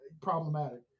problematic